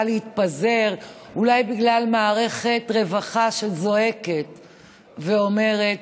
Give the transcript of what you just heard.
להתפזר בגלל מערכת רווחה שזועקת ואומרת: